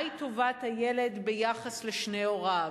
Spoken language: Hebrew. מהי טובת הילד ביחס לשני הוריו,